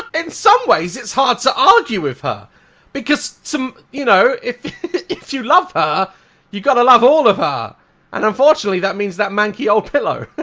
and some ways it's hard to argue with her because some you know if you love her you gotta love all of her and unfortunately that means that manky old pillow